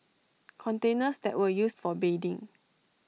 containers that were used for bathing